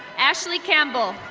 ashley campbell.